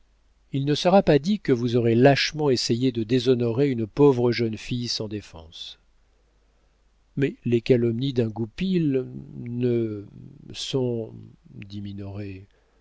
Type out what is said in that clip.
il ne sera pas dit que vous aurez lâchement essayé de déshonorer une pauvre jeune fille sans défense mais les calomnies d'un goupil ne